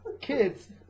kids